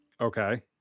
Okay